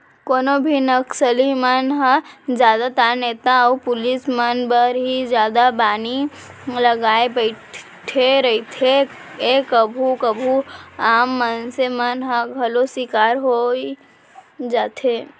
कोनो भी नक्सली मन ह जादातर नेता अउ पुलिस मन बर ही जादा बानी लगाय बइठे रहिथे ए कभू कभू आम मनसे मन ह घलौ सिकार होई जाथे